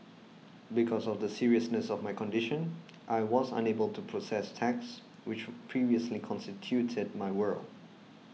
because of the seriousness of my condition I was unable to process text which previously constituted my world